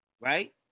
Right